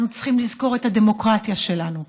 אנחנו צריכים לזכור את הדמוקרטיה שלנו,